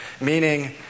meaning